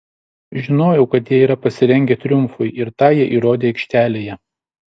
žinojau kad jie yra pasirengę triumfui ir tą jie įrodė aikštelėje